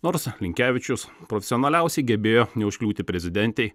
nors linkevičius profesionaliausiai gebėjo neužkliūti prezidentei